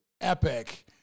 epic